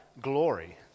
glory